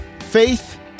Faith